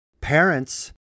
parents